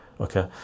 Okay